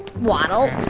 waddle,